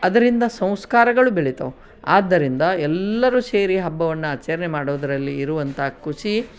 ಅದರಿಂದ ಸಂಸ್ಕಾರಗಳು ಬೆಳೀತಾವ್ ಆದ್ದರಿಂದ ಎಲ್ಲರೂ ಸೇರಿ ಹಬ್ಬವನ್ನು ಆಚರಣೆ ಮಾಡೋದರಲ್ಲಿ ಇರುವಂಥ ಖುಷಿ